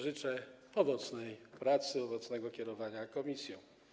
Życzę owocnej pracy, owocnego kierowania komisją.